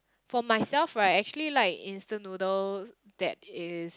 for myself right actually like instant noodles that is